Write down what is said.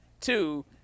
two